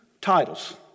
titles